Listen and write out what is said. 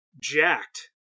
jacked